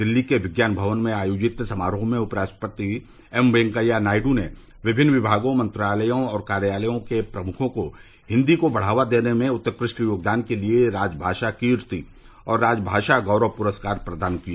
दिल्ली के विज्ञान भवन में आयोजित समारोह में उपराष्ट्रपति एम वेंकैया नायडू ने विभिन्न विमागों मंत्रालयों और कार्यालयों के प्रमुखों को हिंदी को बढ़ावा देने में उत्कृष्ट योगदान के लिए राजमाषा कीर्ति और राजमाषा गौरव पुरस्कार प्रदान किए